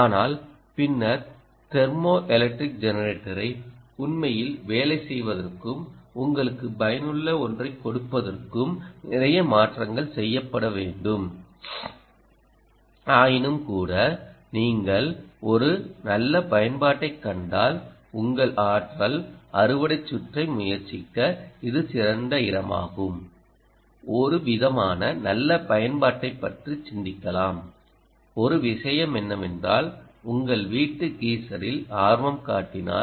ஆனால் பின்னர் தெர்மோஎலக்ட்ரிக் ஜெனரேட்டரை உண்மையில் வேலை செய்வதற்கும் உங்களுக்கு பயனுள்ள ஒன்றைக் கொடுப்பதற்கும் நிறைய மாற்றங்கள் செய்யப்பட வேண்டும் ஆயினும்கூட நீங்கள் ஒரு நல்ல பயன்பாட்டைக் கண்டால் உங்கள் ஆற்றல் அறுவடை சுற்றை முயற்சிக்க இது சிறந்த இடமாகும் ஒருவிதமான நல்ல பயன்பாட்டைப் பற்றி சிந்திக்கலாம் ஒரு விஷயம் என்னவென்றால் உங்கள் வீட்டு கீசரில் ஆர்வம் காட்டினால்